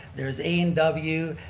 there's a and w,